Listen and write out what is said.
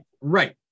Right